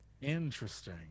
Interesting